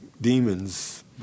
demons